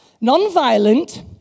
non-violent